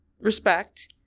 respect